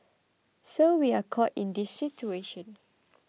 so we are caught in this situation